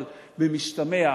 אבל במשתמע,